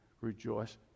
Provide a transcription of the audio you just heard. rejoice